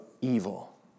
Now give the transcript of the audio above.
evil